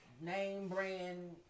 name-brand